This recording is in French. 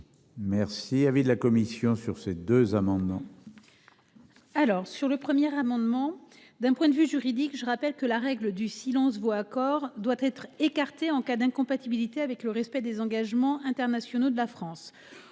Merci. Avis de la commission sur ces deux amendements.